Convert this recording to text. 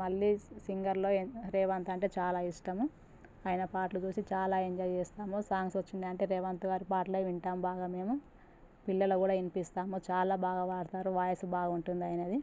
మళ్ళీ సింగర్లో రేవంత్ అంటే చాలా ఇష్టం ఆయన పాటలు అంటే చాలా ఎంజాయ్ చేస్తాము సాంగ్స్ వచ్చిందంటే రేవంత్ గారు పాటలే వింటాము బాగా మేము పిల్లలకి కూడా వినిపిస్తాము చాలా బాగా పాడతారు వాయిస్ బాగుంటుంది ఆయనది